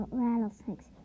rattlesnakes